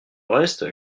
reste